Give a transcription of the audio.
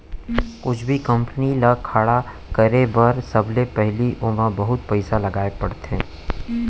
कुछु भी कंपनी ल खड़ा करे बर सबले पहिली ओमा बहुत पइसा लगाए बर परथे